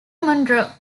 munro